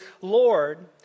Lord